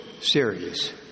series